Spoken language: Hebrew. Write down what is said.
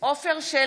מצביעה עפר שלח,